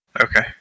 Okay